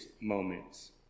moments